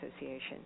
Association